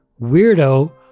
weirdo